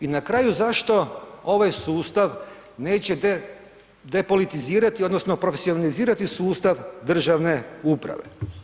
I na kraju zašto ovaj sustav neće depolitizirati odnosno profesionalizirati sustav državne uprave.